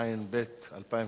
(איסור תשלום והפסד הטבה בשל ביטול הסכם למתן שירותי רדיו טלפון נייד),